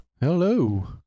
hello